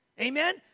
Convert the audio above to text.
Amen